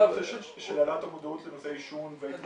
של העלאת המודעות לנושא עישון והתמכרות,